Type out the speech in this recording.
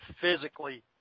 physically